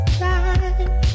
time